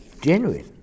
genuine